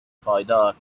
پایدار